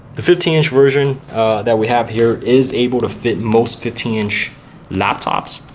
the fifteen inch version that we have here is able to fit most fifteen inch laptops.